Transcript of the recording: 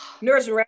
nurse